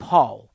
Paul